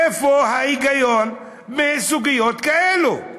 איפה ההיגיון בסוגיות כאלו?